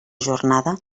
jornada